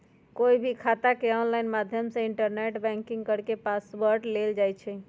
कोई भी खाता के ऑनलाइन माध्यम से इन्टरनेट बैंकिंग करके पासवर्ड लेल जाई छई